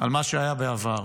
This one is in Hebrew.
ממה שהיה בעבר.